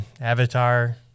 Avatar